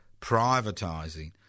privatising